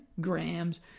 grams